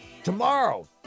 Tomorrow